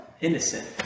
Innocent